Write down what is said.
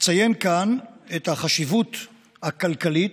אציין כאן את החשיבות הכלכלית,